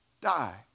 die